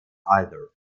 either